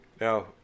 Now